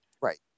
right